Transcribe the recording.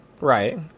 Right